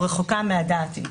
היא או רחוקה מהדת היא,